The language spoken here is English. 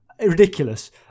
ridiculous